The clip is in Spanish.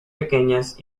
pequeñas